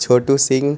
Chhotu Singh